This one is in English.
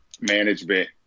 management